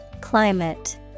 Climate